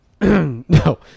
no